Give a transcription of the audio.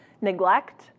neglect